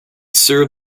served